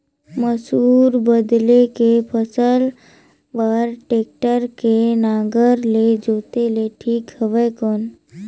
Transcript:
मसूर बदले के फसल बार टेक्टर के नागर ले जोते ले ठीक हवय कौन?